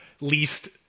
least